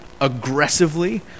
aggressively